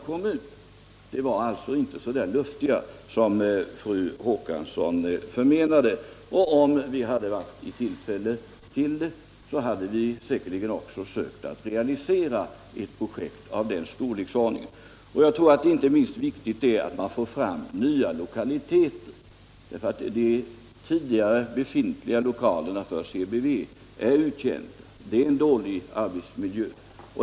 Diskussionerna var alltså inte så luftiga som fru Håkansson menade. Om vi fått tillfälle till det, hade vi säkerligen också sökt realisera ett projekt av den storleksordningen. Inte minst viktigt är att man får fram nya lokaler. CBV:s tidigare lokaler är uttjänta. Det är en dålig arbetsmiljö.